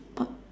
but